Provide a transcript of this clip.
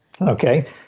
Okay